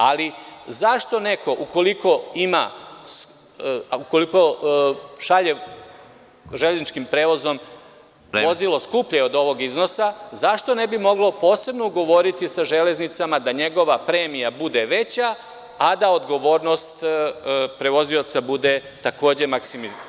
Ali, zašto neko ukoliko šalje železničkim prevozom vozilo skuplje od ovog iznosa, zašto ne bi moglo posebno ugovoriti sa Železnicama da njegova premija bude veća, a da odgovornost prevozioca bude takođe maksimizirana?